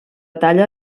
talla